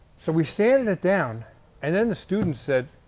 so we're sanding it down and then the students said,